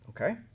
Okay